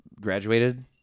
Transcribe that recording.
Graduated